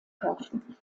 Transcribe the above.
kaufen